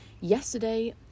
yesterday